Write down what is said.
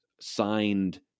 signed